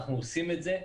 אנחנו עושים את זה.